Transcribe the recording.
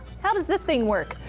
how does this thing work?